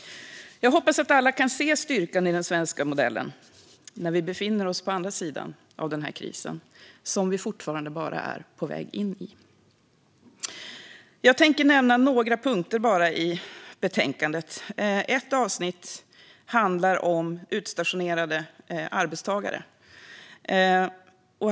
Jag hoppas att alla kan se styrkan i den svenska modellen när vi befinner oss på andra sidan av den här krisen, som vi fortfarande bara är på väg in i. Jag tänker bara nämna några punkter i betänkandet. Ett avsnitt handlar om utstationerade arbetstagare.